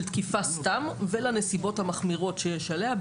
תקיפה סתם ולנסיבות המחמירות שיש עליה,